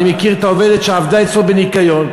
אני מכיר את העובדת שעבדה אצלו בניקיון,